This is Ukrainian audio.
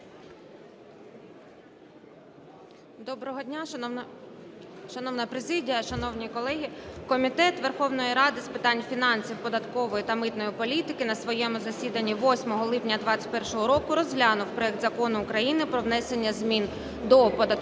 Доброго дня, шановна президія, шановні колеги! Комітет Верховної Ради з питань фінансів, податкової та митної політики на своєму засіданні 8 липня 2021 року розглянув проект Закону України про внесення змін до Податкового кодексу